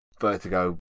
vertigo